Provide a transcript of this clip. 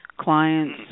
Clients